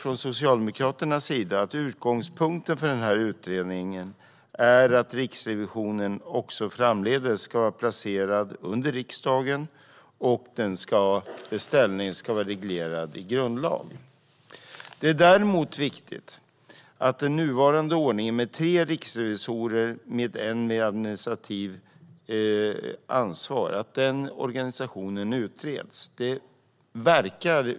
Vi socialdemokrater tycker att utgångspunkten för utredningen ska vara att Riksrevisionen även framdeles är placerad under riksdagen och att dess ställning ska vara reglerad i grundlag. Däremot är det viktigt att nu-varande ordning med tre riksrevisorer, varav en med ett administrativt ansvar, utreds.